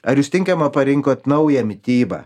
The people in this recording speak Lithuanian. ar jūs tinkamą parinkot naują mitybą